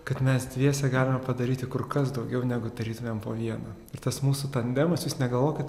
kad mes dviese galime padaryti kur kas daugiau negu darytumėm po vieną ir tas mūsų tandemas jūs negalvokit